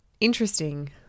interesting